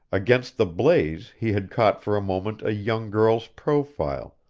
against the blaze he had caught for a moment a young girl's profile,